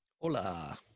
Hola